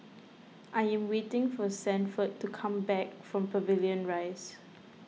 I am waiting for Sanford to come back from Pavilion Rise